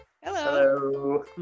hello